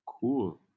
Cool